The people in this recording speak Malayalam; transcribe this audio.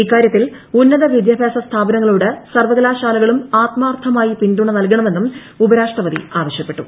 ഇക്കാരൃത്തിൽ ഉന്നത വിദ്യാഭ്യാസ സ്ഥാപനങ്ങളോട് സർവകലാശാലകളും ആത്മാർത്ഥമായി പിന്തുണ നൽകണമെന്നും ഉപരാഷ്ട്രപതി ആവശ്യപ്പെട്ടു